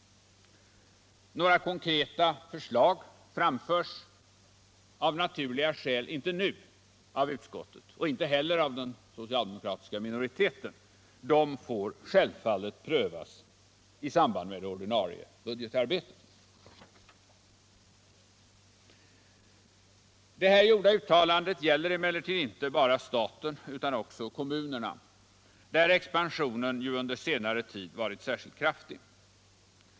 Några konkreta förslag framförs av naturliga skäl inte nu av utskottet och inte heller av den socialdemokratiska minoriteten. De får självfallet prövas i samband med det ordinarie budgetarbetet. Det gjorda uttalandet gäller emellertid inte bara staten utan också kommunerna, där expansionen ju under senare tid varit särskilt kraftig.